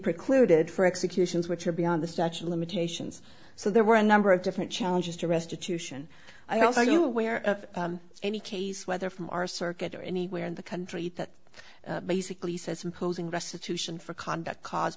precluded for executions which are beyond the statue limitations so there were a number of different challenges to restitution i also you aware of any case whether from our circuit or anywhere in the country that basically says imposing restitution for conduct cause